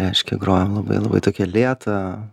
reiškia grojam labai labai tokią lėtą